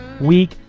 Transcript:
week